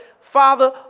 father